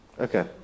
Okay